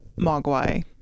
Mogwai